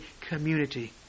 community